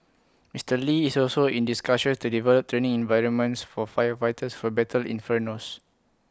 Mister lee is also in discussions to develop training environments for firefighters who battle infernos